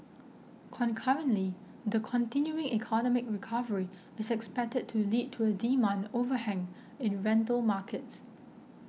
concurrently the continuing economic recovery is expected to lead to a demand overhang in rental markets